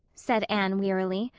said anne wearily.